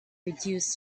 reduced